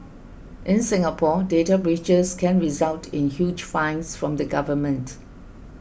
in Singapore data breaches can result in huge fines from the government